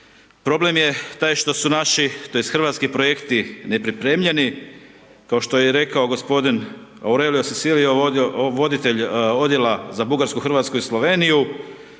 problem je taj što su naši tj. hrvatski projekti nepripremljeni, kao što je rekao g. Aurelio Cecilio, voditelj odjela za Bugarsku, Hrvatsku i Sloveniju,